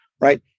right